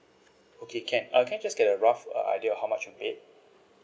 okay can uh can I just get a rough uh idea of how much of it